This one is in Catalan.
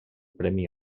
premi